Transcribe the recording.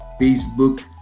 Facebook